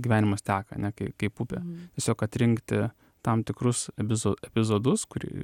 gyvenimas teka ane kaip kaip upė tiesiog atrinkti tam tikrus vizų epizodus kurie